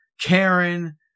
Karen